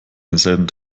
denselben